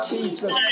Jesus